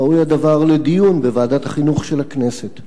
ראוי הדבר לדיון בוועדת החינוך של הכנסת.